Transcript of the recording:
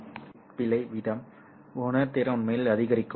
குறைந்த பிட் பிழை வீதம் உணர்திறன் உண்மையில் அதிகரிக்கும்